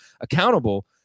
accountable